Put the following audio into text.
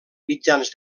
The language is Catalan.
mitjans